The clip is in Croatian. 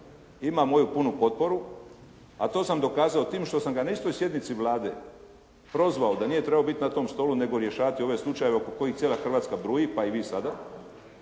ima moju punu potporu, a to sam dokazao tim što sam ga na istoj sjednici Vlade, prozvao da nije trebao biti na tom okrugom stolu, nego rješavati ove slučajeve o kojima cijela Hrvatska bruji, pa i vi sada,